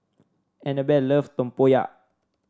Anabella love Tempoyak